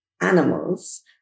animals